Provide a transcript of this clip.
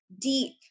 deep